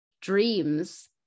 dreams